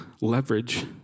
leverage